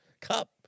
Cup